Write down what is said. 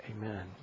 Amen